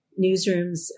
Newsrooms